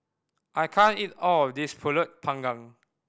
I can't eat all of this Pulut Panggang